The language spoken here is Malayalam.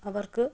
അവർക്ക്